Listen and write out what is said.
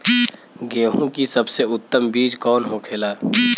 गेहूँ की सबसे उत्तम बीज कौन होखेला?